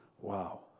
Wow